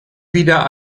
wieder